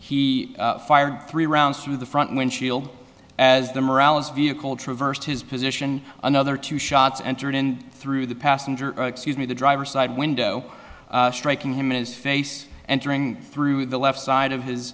he fired three rounds through the front windshield as the morale is vehicle traversed his position another two shots entered in through the passenger excuse me the driver's side window striking him in his face entering through the left side of his